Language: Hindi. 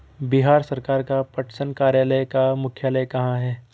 बिहार सरकार का पटसन कार्यालय का मुख्यालय कहाँ है?